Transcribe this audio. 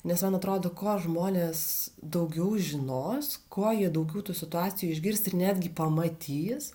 nes man atrodo kuo žmonės daugiau žinos kuo jie daugiau tų situacijų išgirs ir netgi pamatys